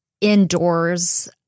indoors